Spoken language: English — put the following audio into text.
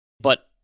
But-